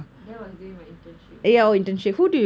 that was during my internship ya